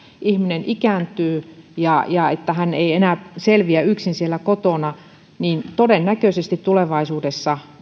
ihminen ikääntyy ja ja hän ei enää selviä yksin siellä kotona todennäköisesti tulevaisuudessa